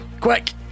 Quick